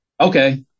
Okay